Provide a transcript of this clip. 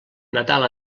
nadal